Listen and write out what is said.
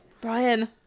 Brian